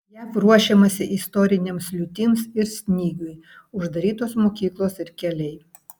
jav ruošiamasi istorinėms liūtims ir snygiui uždarytos mokyklos ir keliai